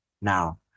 Now